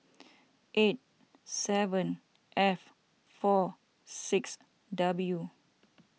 eight seven F four six W